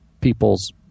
people's